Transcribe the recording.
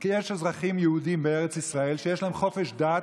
כי יש אזרחים יהודים בארץ ישראל שיש להם חופש דת,